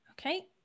Okay